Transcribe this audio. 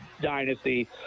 dynasty